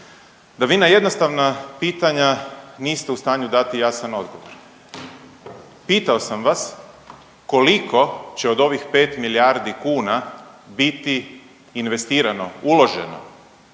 da vi na jednostavna pitanja niste u stanju dati jasan odgovor. Pitao sam vas koliko će od ovih 5 milijardi kuna biti investirano, uloženo